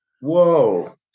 Whoa